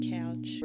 Couch